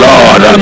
Lord